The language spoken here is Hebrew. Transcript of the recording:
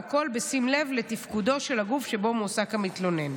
והכול בשים לב לתפקודו של הגוף שבו מועסק המתלונן.